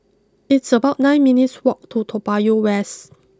it's about nine minutes' walk to Toa Payoh West